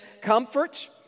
comfort